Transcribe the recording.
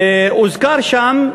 הוזכר כי